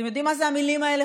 אתם יודעים מה אלו המילים האלה,